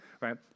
right